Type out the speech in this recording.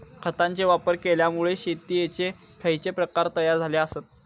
खतांचे वापर केल्यामुळे शेतीयेचे खैचे प्रकार तयार झाले आसत?